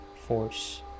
force